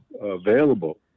available